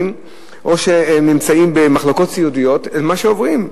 או שנמצאים במחלקות סיעודיות עוברים,